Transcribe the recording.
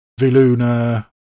viluna